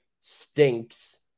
stinks